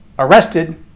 arrested